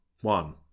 One